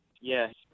Yes